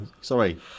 Sorry